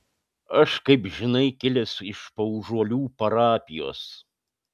aš kaip žinai kilęs iš paužuolių parapijos